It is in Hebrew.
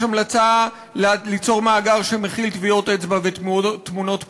יש המלצה ליצור מאגר שמכיל טביעות אצבע ותמונות פנים,